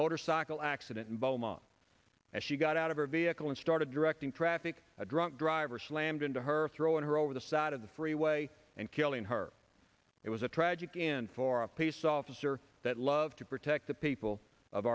motorcycle accident in beaumont as she got out of her vehicle and started directing traffic a drunk driver slammed into her throwing her over the side of the freeway and killing her it was a tragic end for a police officer that love to protect the people of